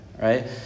Right